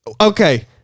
Okay